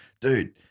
dude